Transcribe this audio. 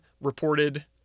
reported